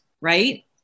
Right